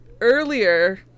earlier